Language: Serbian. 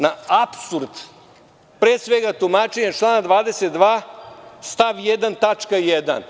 Na apsurd, pre svega tumačenja člana 22. stav 1. tačka 1)